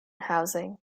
housing